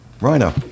Rhino